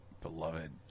beloved